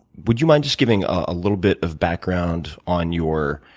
would you mind just giving a little bit of background on your